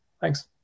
Thanks